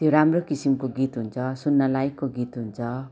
त्यो राम्रो किसिमको गीत हुन्छ सुन्न लायकको गीत हुन्छ